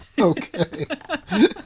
Okay